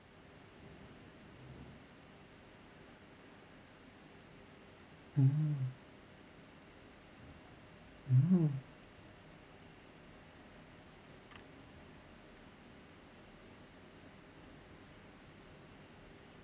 mm mm